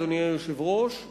אדוני היושב-ראש,